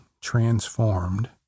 transformed